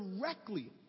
directly